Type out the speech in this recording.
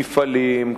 מפעלים,